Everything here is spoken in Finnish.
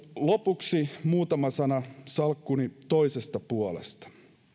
lopuksi muutama sana salkkuni toisesta puolesta